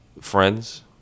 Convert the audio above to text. Friends